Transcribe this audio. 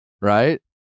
right